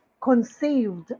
conceived